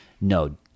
No